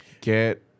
get